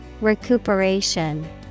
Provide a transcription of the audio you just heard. Recuperation